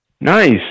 Nice